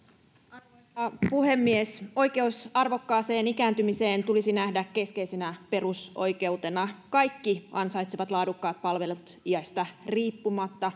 arvoisa arvoisa puhemies oikeus arvokkaaseen ikääntymiseen tulisi nähdä keskeisenä perusoikeutena kaikki ansaitsevat laadukkaat palvelut iästä riippumatta